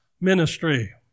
ministry